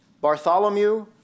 Bartholomew